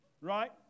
right